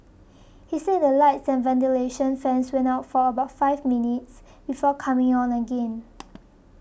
he said the lights and ventilation fans went out for about five minutes before coming on again